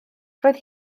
roedd